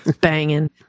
Banging